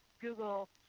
Google